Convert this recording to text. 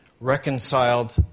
reconciled